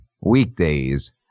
weekdays